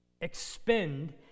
Expend